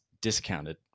discounted